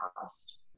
past